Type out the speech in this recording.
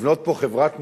לבנות פה חברת מופת,